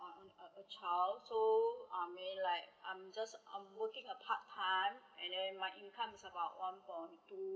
um a child so I'm may like I'm just um working a part time and then my income is about one point two